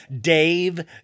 dave